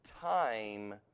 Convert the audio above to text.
time